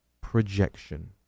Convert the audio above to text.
projection